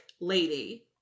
lady